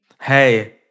Hey